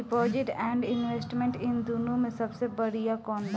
Deposit and investment इन दुनो मे से सबसे बड़िया कौन बा?